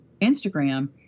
Instagram